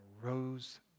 rose